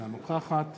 אינה נוכחת